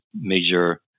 major